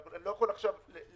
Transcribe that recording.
אני לא יכול עכשיו להכניס